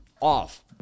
off